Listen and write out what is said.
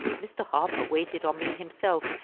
mr. harper waited on me himself,